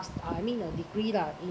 I mean a degree lah in